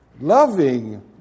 loving